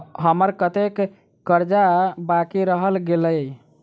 हम्मर कत्तेक कर्जा बाकी रहल गेलइ?